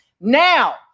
Now